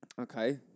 okay